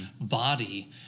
body